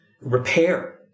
repair